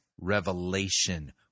revelation